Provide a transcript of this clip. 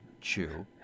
Chew